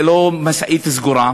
זה לא משאית סגורה,